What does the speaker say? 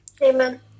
Amen